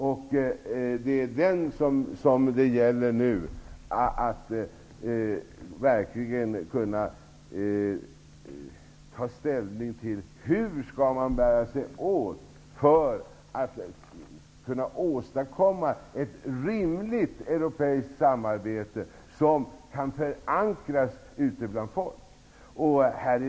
Det är den misstron som det gäller att ta ställning till. Hur skall man bära sig åt för att kunna åstadkomma ett rimligt europeiskt samarbete som kan förankras bland folket?